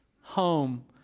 home